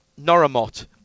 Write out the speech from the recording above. Noramot